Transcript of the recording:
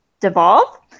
Devolve